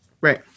Right